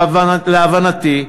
להבנתי,